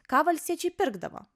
ką valstiečiai pirkdavo